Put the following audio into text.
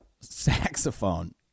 saxophone